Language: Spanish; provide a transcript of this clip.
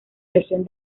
región